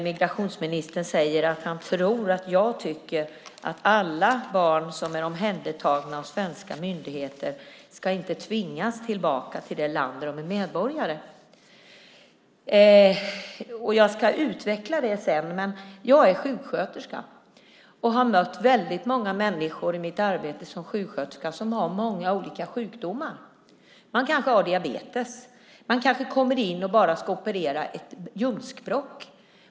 Migrationsministern säger att han tror att jag tycker att inga barn som är omhändertagna av svenska myndigheter ska tvingas tillbaka till det land där de är medborgare. Jag ska utveckla det sedan. Jag är sjuksköterska och har i mitt arbete mött väldigt många människor som har många olika sjukdomar. Man kanske har diabetes. Man kanske kommer in och bara ska operera ett ljumskbråck.